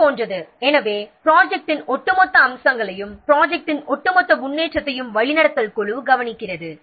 இது போலவே ப்ராஜெக்ட்டின் ஒட்டுமொத்த முன்னேற்றத்தையும் வழிநடத்தல் குழு கவனிக்கிறது